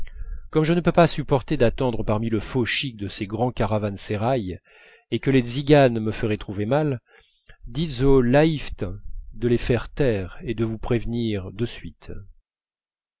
comme je ne peux pas supporter d'attendre parmi le faux chic de ces grands caravansérails et que les tziganes me feraient trouver mal dites au laïft de les faire taire et de vous prévenir de suite